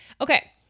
Okay